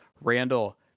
Randall